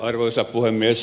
arvoisa puhemies